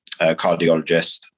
cardiologist